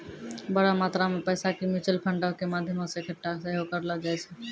बड़ो मात्रा मे पैसा के म्यूचुअल फंडो के माध्यमो से एक्कठा सेहो करलो जाय छै